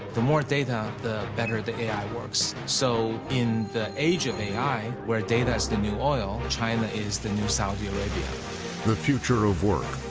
the more data, the better the a i. works. so in the age of a i, where data is the new oil, china is the new saudi arabia. narrator the future of work.